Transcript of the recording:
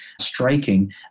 striking